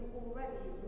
already